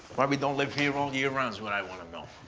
why we don't live here all year round is what i wanna know. oh.